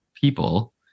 people